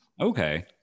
Okay